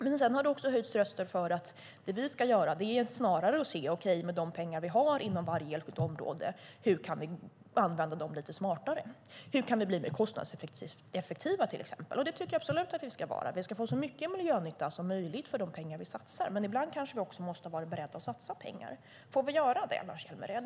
Det har höjts röster för att det vi ska göra snarare är att med de pengar som vi har inom varje enskilt område se hur vi kan använda dem lite smartare, till exempel hur vi kan bli mer kostnadseffektiva, som jag absolut tycker att vi ska vara. Vi ska få ut så mycket miljönytta som möjligt för de pengar som vi satsar. Men ibland kanske vi också måste vara beredda att satsa pengar. Får vi göra det, Lars Hjälmered?